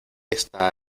está